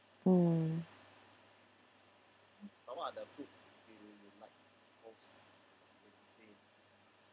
mm